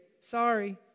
sorry